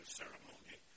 ceremony